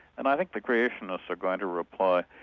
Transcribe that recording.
and i think the creationists are going to reply,